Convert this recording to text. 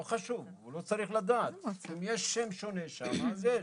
הוא לא צריך לדעת, אם יש שם שונה שם, אז יש,